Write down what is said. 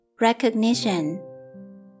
Recognition